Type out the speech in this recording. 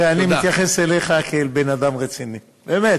תראה, אני מתייחס אליך כאל בן-אדם רציני, באמת.